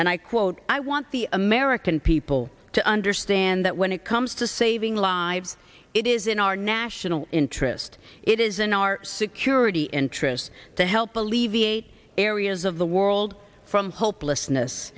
i quote i want the american people to understand that when it comes to saving lives it is in our national interest it is in our security interests to help alleviate areas of the world from hopelessness